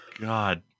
God